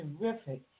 terrific